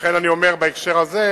לכן אני אומר בהקשר הזה,